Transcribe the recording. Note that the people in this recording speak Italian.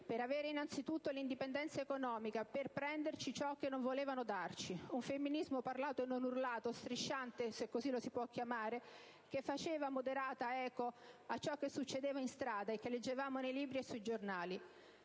per avere innanzi tutto l'indipendenza economica, per prenderci ciò che non volevano darci. Un femminismo parlato e non urlato, strisciante (se così lo si può chiamare), che faceva moderata eco a ciò che succedeva in strada, e che leggevamo nei libri e sui giornali.